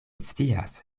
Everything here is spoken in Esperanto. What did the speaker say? scias